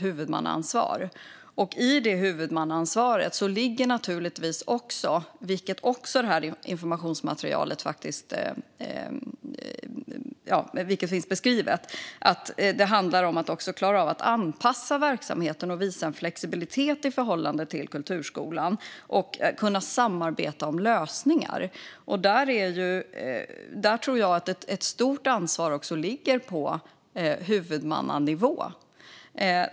I det huvudmannaansvaret ligger naturligtvis, vilket också finns beskrivet i informationsmaterialet, även att klara av att anpassa verksamheten, visa flexibilitet i förhållande till kulturskolan och kunna samarbeta om lösningar. Också där ligger ett stort ansvar på huvudammanivå.